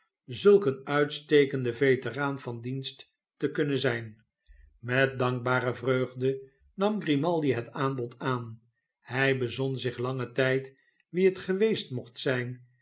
zulk een uitstekenden veteraan van dienst te kunnen zijn met dankbare vreugde nam grimaldi het aanbod aan hij bezon zich langen tijd wie het geweest mocht zijn